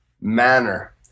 manner